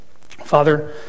Father